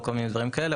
או כל מיני דברים כאלה,